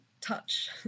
touch